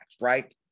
right